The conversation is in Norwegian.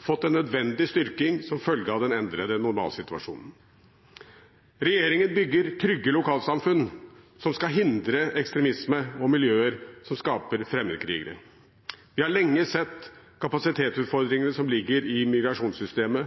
fått en nødvendig styrking som følge av den endrede normalsituasjonen. Regjeringen bygger trygge lokalsamfunn som skal hindre ekstremisme og miljøer som skaper fremmedkrigere. Vi har lenge sett kapasitetsutfordringene som ligger i migrasjonssystemet,